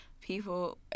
people